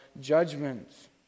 judgments